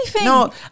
No